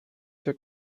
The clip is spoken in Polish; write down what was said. jak